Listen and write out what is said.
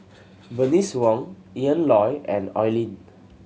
Bernice Wong Ian Loy and Oi Lin